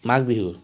Magh Bihu